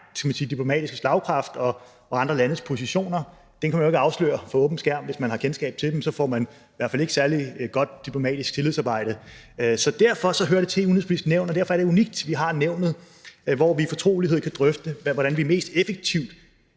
diplomatiske slagkraft, kan man sige, og andre landes positioner. Dem kan man jo ikke afsløre for åben skærm, hvis man har kendskab til dem. Så får man i hvert fald ikke et særlig godt diplomatisk tillidsarbejde. Så derfor hører det til Udenrigspolitisk Nævn, og derfor er det unikt, at vi har Nævnet, hvor vi i fortrolighed kan drøfte, hvordan vi effektivt